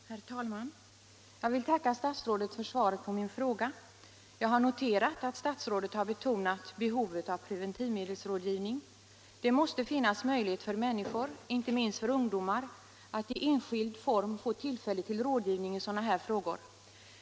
Herr talman! Jag vill tacka statsrådet för svaret på min fråga. Jag har noterat, att statsrådet har betonat behovet av preventivmedelsrådgivning. Det måste finnas möjlighet för människor, inte minst för ungdomar, att i enskild form få rådgivning i sådana här frågor.